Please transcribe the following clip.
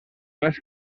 més